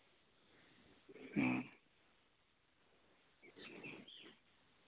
ᱚ